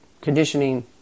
conditioning